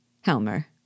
Helmer